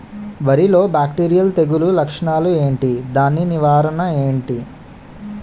వరి లో బ్యాక్టీరియల్ తెగులు లక్షణాలు ఏంటి? దాని నివారణ ఏంటి?